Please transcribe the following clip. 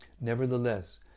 Nevertheless